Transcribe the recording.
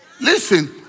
Listen